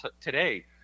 today